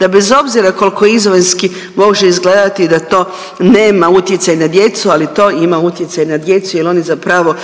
da bez obzira koliko izvanjski može izgledati da to nema utjecaj na djecu, ali to ima utjecaj na djecu jel oni zapravo